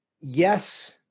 Yes